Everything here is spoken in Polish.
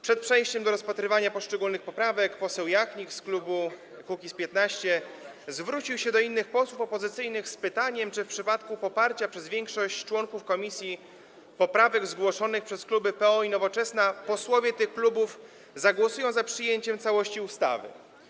Przed przejściem do rozpatrywania poszczególnych poprawek poseł Jachnik z klubu Kukiz’15 zwrócił się do innych posłów opozycyjnych z pytaniem, czy w przypadku poparcia przez większość członków komisji poprawek zgłoszonych przez kluby PO i Nowoczesna posłowie tych klubów zagłosują za przyjęciem całości ustawy.